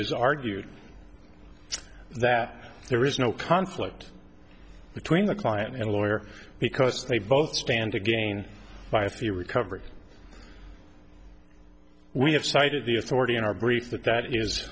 is argued that there is no conflict between the client and a lawyer because they both stand to gain by a few recovery we have cited the authority in our grief that that is